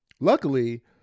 luckily